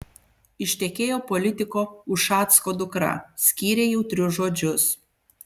ištekėjo politiko ušacko dukra skyrė jautrius žodžius